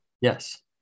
Yes